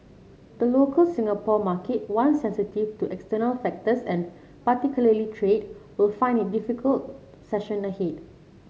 the local Singapore market one sensitive to external factors and particularly trade would find it difficult session ahead